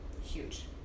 Huge